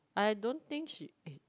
I don't think she eh